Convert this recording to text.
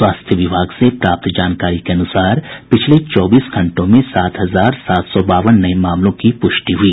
स्वास्थ्य विभाग से प्राप्त जानकारी के अनुसार पिछले चौबीस घंटों में सात हजार सात सौ बावन नये मामलों की पुष्टि हुई